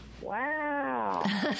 Wow